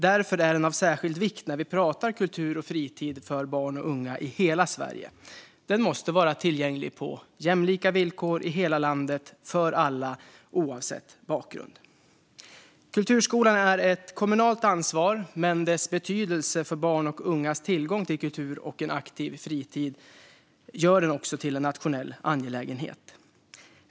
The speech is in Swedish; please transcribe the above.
Därför är den av särskild vikt när vi pratar kultur och fritid för barn och unga i hela Sverige. Den måste vara tillgänglig på jämlika villkor i hela landet för alla oavsett bakgrund. Kulturskolan är ett kommunalt ansvar, men dess betydelse för barns och ungas tillgång till kultur och en aktiv fritid gör den också till en nationell angelägenhet.